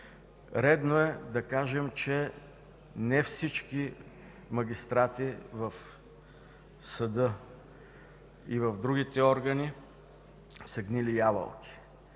Редно е да кажем, че не всички магистрати в съда и в другите органи са „гнили ябълки”.